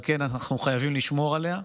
על כן אנחנו חייבים לשמור עליה,